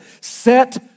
set